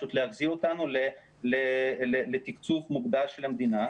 פשוט להחזיר אותנו לתקצוב מוגדר של המדינה.